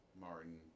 Martin